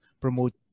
promote